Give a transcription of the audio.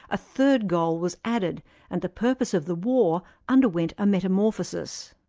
a third goal was added and the purpose of the war underwent a metamorphosis.